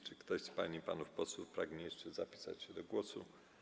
Czy ktoś z pań i panów posłów pragnie jeszcze zapisać się do głosu?